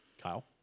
Kyle